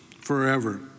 forever